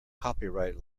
copyright